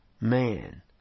man